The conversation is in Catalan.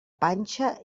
panxa